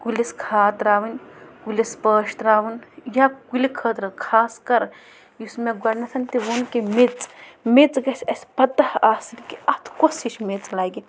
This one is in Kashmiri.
کُلِس کھاد ترٛاوٕنۍ کُلِس پٲش ترٛاوُن یا کُلہِ خٲطرٕ خاص کَر یُس مےٚ گۄڈٕنٮ۪تھ تہِ ووٚن کہِ میٚژ میٚژ گژھِ اَسہِ پَتَہ آسٕنۍ کہِ اَتھ کۄس ہِش میٚژ لَگہِ